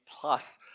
plus